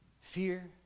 Fear